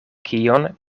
kion